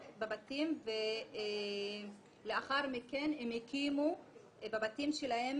בבתים ולאחר מכן הם הקימו בבתים שלהם